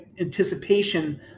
anticipation